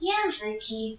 Języki